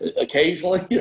occasionally